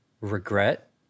regret